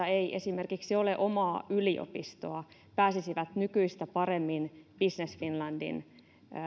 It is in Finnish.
ei esimerkiksi ole omaa yliopistoa pääsisivät nykyistä paremmin business finlandin